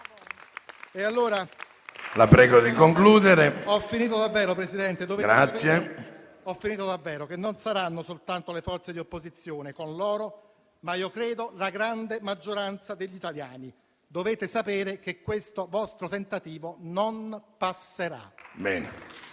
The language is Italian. Ho concluso davvero, Presidente. Non saranno soltanto le forze di opposizione con loro, ma io credo la grande maggioranza degli italiani. Dovete sapere che questo vostro tentativo non passerà.